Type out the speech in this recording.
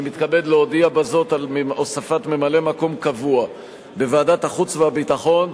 אני מתכבד להודיע בזאת על הוספת ממלא-מקום קבוע בוועדת החוץ והביטחון,